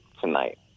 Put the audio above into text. tonight